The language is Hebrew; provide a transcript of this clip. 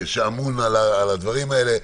המשרד שאמון על הדברים האלה,